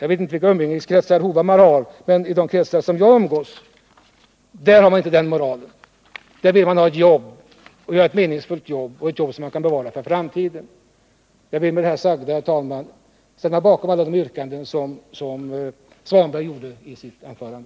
Jag vet inte vilka umgängeskretsar herr Hovhammar har, men i de kretsar där jag umgås har man inte den moralen. Där vill man ha ett jobb, ett meningsfullt jobb och ett jobb som man kan behålla för framtiden. Jag vill med det anförda, herr talman, ställa mig bakom alla yrkanden som Ingvar Svanberg framställde i sitt anförande.